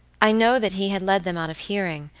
i know that he had led them out of hearing,